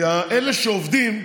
כי אלה שעובדים,